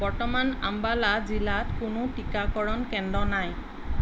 বৰ্তমান আম্বালা জিলাত কোনো টিকাকৰণ কেন্দ্ৰ নাই